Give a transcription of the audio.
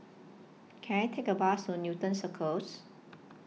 Can I Take A Bus to Newton Circus